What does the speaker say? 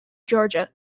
georgia